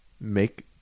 make